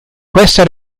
questa